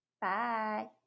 Bye